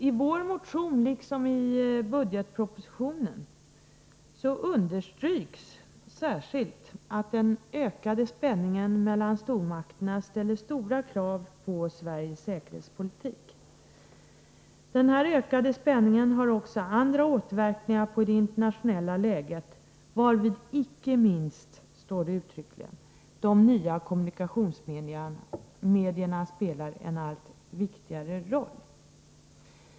I vår motion liksom i budgetpropositionen understryks särskilt att den ökade spänningen mellan stormakterna ställer stora krav på Sveriges säkerhetspolitik. Den ökade spänningen har också andra återverkningar på det internationella läget, varvid icke minst de nya kommunikationsmedierna spelar en allt viktigare roll.